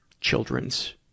children's